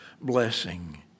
blessing